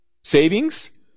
savings